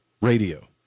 radio